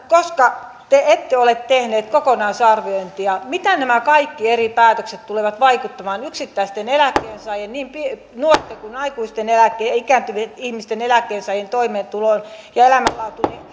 koska te ette ole tehneet kokonaisarviointia mitä nämä kaikki eri päätökset tulevat vaikuttamaan yksittäisten eläkkeensaajien niin nuorten kuin aikuisten ikääntyvien eläkkeensaajien toimeentuloon ja elämänlaatuun